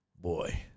boy